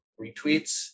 retweets